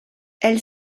elle